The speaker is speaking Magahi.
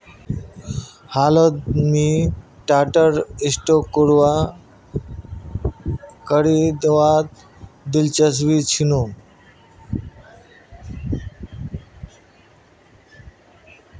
हालत मुई टाटार स्टॉक खरीदवात दिलचस्प छिनु